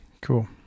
Cool